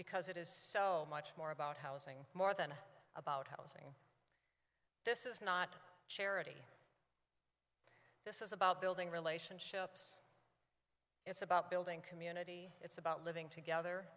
because it is so much more about housing more than about housing this is not charity this is about building relationships it's about building community it's about living together